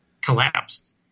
collapsed